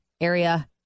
area